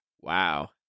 wow